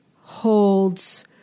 holds